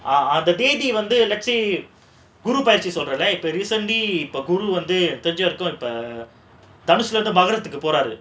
அந்த தேதி வந்து குரு பெயர்ச்சி சொல்றோம்ல:andha thethi vandhu guru peyarchi solromla recently இப்ப தனுசுல இருந்து மகரத்துக்கு போறாரு:ippo thanusula irunthu magarathukku poraaru